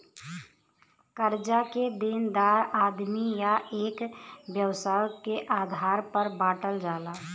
कर्जा के देनदार आदमी या एक व्यवसाय के आधार पर बांटल जाला